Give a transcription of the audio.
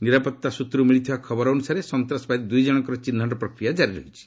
ନିରାପତ୍ତା ସୂତ୍ରରୁ ମିଳିଥିବା ଖବର ଅନୁସାରେ ସନ୍ତାସବାଦୀ ଦୁଇ ଜଣଙ୍କର ଚିହ୍ନଟ ପ୍ରକ୍ରିୟା ଜାରି ରହିଛି